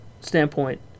standpoint